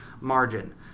margin